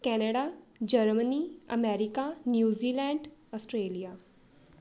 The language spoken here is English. Canada Germany America New Zealand Australia